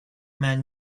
man